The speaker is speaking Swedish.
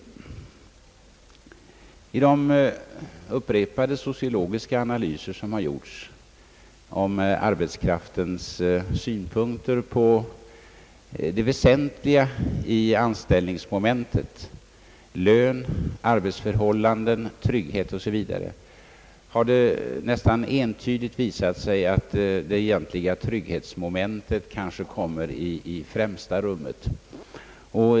Vid de upprepade sociologiska analyser som gjorts om arbetskraftens synpunkter på det väsentliga i anställningsmomentet — lön, arbetsförhållanden, trygghet o. s. v. — har det nästan entydigt visat sig att det egentliga trygghetsmomentet kommer i främsta rummet.